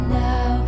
now